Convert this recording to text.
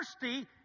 thirsty